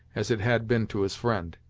as it had been to his friend.